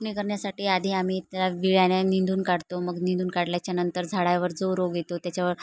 नी करण्यासाठी आधी आम्ही त्या विळ्याने निंदून काढतो मग निंदून काढल्याच्या नंतर झाडावर जो रोग येतो त्याच्यावर